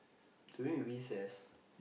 during recess